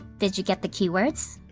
did you get the keywords?